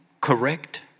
Correct